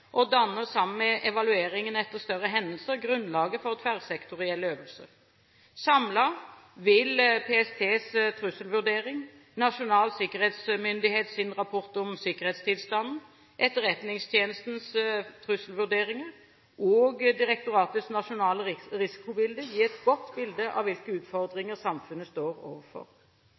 og danner sammen med evalueringene etter større hendelser grunnlaget for tverrsektorielle øvelser. Samlet vil PSTs trusselvurdering, Nasjonal sikkerhetsmyndighets rapport om sikkerhetstilstanden, Etterretningstjenestens trusselvurderinger og direktoratets nasjonale risikobilde gi et godt bilde av hvilke utfordringer samfunnet står overfor.